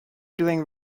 doing